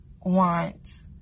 want